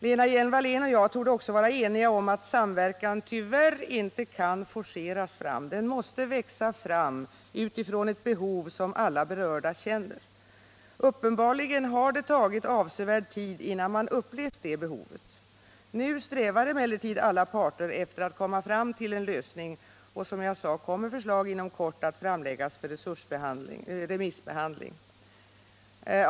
Lena Hjelm-Wallén och jag torde också vara ense om att samverkan tyvärr inte kan forceras fram. Den måste växa fram utifrån ett behov som alla berörda känner. Uppenbarligen har det tagit avsevärd tid innan man upplevt det behovet. Nu strävar emellertid alla parter efter att komma fram till en lösning, och, som jag sade, förslag kommer inom kort att framläggas för remissbehandling.